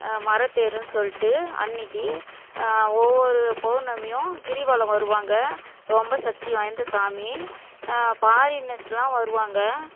மரத்தேருன்னு சொல்லிட்டு அன்றைக்கி ஒவ்வொரு பௌர்ணமியும் கிரிவலம் வருவாங்க ரொம்ப சக்தி வாய்ந்த சாமி பாரினர்ஸெலாம் வருவாங்க